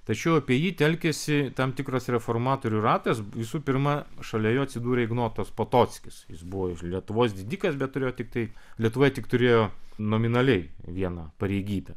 tačiau apie jį telkiasi tam tikras reformatorių ratas visų pirma šalia jo atsidūrė ignotas potockis jis buvo lietuvos didikas bet turėjo tiktai lietuvoje tik turėjo nominaliai vieną pareigybę